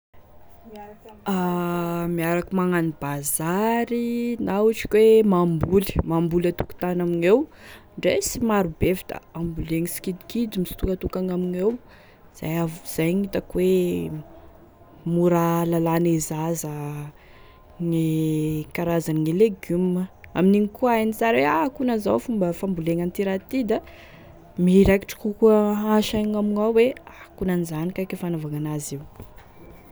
A miaraky magnano bazary na ohatry ka hoe mamboly mamboly antokotany amigneo, ndre sy marobe fa da ambolegny sikidikidy izy misitokatokagny amigneo, zay avao zay gn'itako hoe mora ahalalane zaza gne karazane legioma amin'igny koa hainy sara e a akonan'izao e fomba fambolegny an'ity raha ty, da miraikitry kokoa ansaigny amignao hoe akonan'izany kaiky e fanaovana an'azy io.